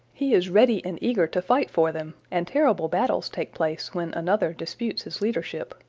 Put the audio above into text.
he is ready and eager to fight for them, and terrible battles take place when another disputes his leadership.